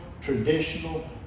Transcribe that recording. traditional